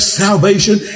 salvation